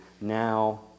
now